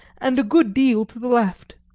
and a good deal to the left.